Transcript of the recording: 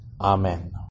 amen